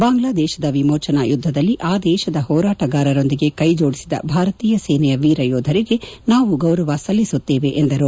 ಬಾಂಗ್ಲಾದೇಶದ ವಿಮೋಚನಾ ಯುದ್ಧದಲ್ಲಿ ಆ ದೇಶದ ಹೋರಾಟಗಾರರೊಂದಿಗೆ ಕೈಜೋಡಿಸಿದ ಭಾರತೀಯ ಸೇನೆಯ ವೀರ ಯೋಧರಿಗೆ ನಾವು ಗೌರವ ಸಲ್ಲಿಸುತ್ತೇವೆ ಎಂದರು